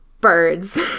birds